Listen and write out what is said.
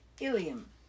Ilium